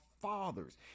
fathers